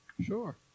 Sure